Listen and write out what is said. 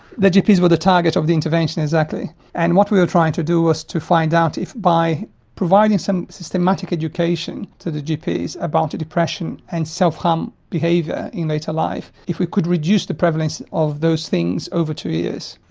the gps were the target of the intervention exactly and what we were trying to do was to find out if by providing some systematic education to the gps about depression and self harm behaviour in later life, if we could reduce the prevalence of those things over two years.